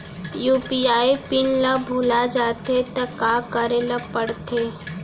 UPI pin ल भुला जाथे त का करे ल पढ़थे?